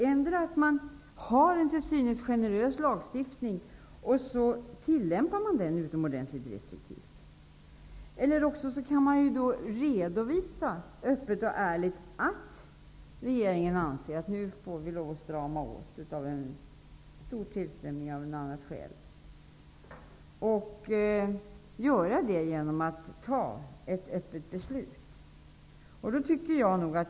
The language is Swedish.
Endera har man en till synes generös lagstiftning och tillämpar den utomordentligt restriktivt, eller också kan man öppet och ärligt redovisa att regeringen anser att vi nu får lov att strama åt på grund av stor tillströmning eller av något annat skäl. Det skulle då göras genom att regeringen fattar ett öppet beslut.